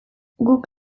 guk